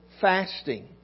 fasting